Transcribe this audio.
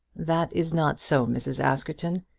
that is not so, mrs. askerton.